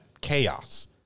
chaos